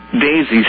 Daisy